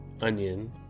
onion